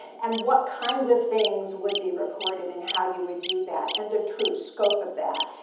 and what kinds of things would be reported, and how you would do that, and the true scope of that.